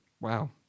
Wow